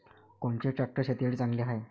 कोनचे ट्रॅक्टर शेतीसाठी चांगले हाये?